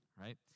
Right